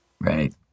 right